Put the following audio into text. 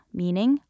meaning